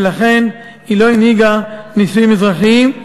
ולכן היא לא הנהיגה נישואים אזרחיים.